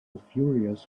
furious